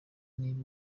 niba